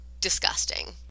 Disgusting